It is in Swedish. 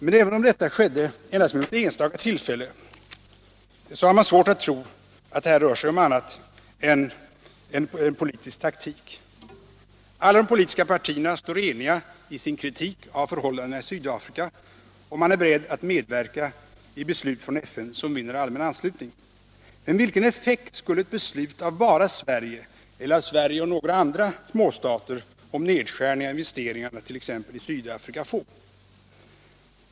Men detta skedde endast vid något enstaka tillfälle, och man har därför svårt att tro att det rör sig om annat än politisk taktik. Alla politiska partier står eniga i sin kritik av förhållandena i Sydafrika, och man är beredd att medverka i beslut från FN som vinner allmän anslutning. Men vilken effekt skulle ett beslut av bara Sverige, eller av Sverige och några andra småstater, om nedskärning av investeringarna i Sydafrika få?